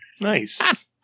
Nice